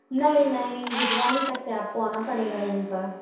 नहीं नहीं भिजवा नहीं सकते आपको आना पड़ेगा यहीं पर